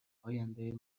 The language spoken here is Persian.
آینده